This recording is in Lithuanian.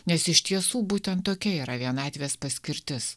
nes iš tiesų būtent tokia yra vienatvės paskirtis